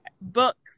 books